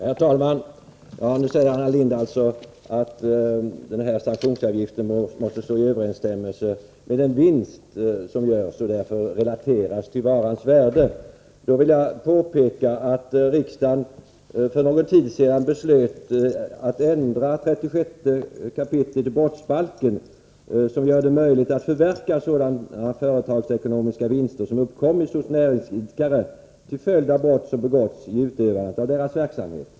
Herr talman! Anna Lindh säger att sanktionsavgiften måste stå i överens Sanktionsavgifter stämmelse med den vinst som görs och därför relateras till varans värde. Då vid överträdelser av vill jag påpeka att riksdagen Sh någon tid sedan beslöt att ändra 36 kap. å importoch exportbrottsbalken, som gör det möjligt att förverka sådana företagsekonomiska regleringar vinster som uppkommit hos näringsidkare till följd av brott som begåtts vid utövandet av deras verksamhet.